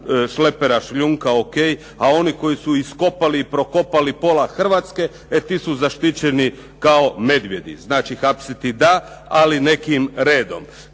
šlepera šljunka o.k., a oni koji su iskopali i prokopali pola Hrvatske e ti su zaštićeni kao medvjedi. Znači hapsiti da, ali nekim redom.